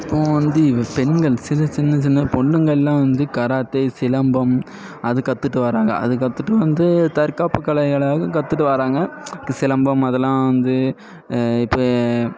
இப்போது வந்து இவ பெண்கள் சின்ன சின்ன சின்ன பொண்ணுங்கள்லாம் வந்து கராத்தே சிலம்பம் அது கத்துட்டு வராங்க அது கத்துட்டு வந்து தற்காப்பு கலைகளாக கத்துட்டு வராங்க சிலம்பம் அதெலாம் வந்து இப்போ